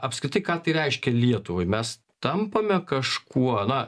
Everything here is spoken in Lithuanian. apskritai ką tai reiškia lietuvai mes tampame kažkuo na